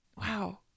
Wow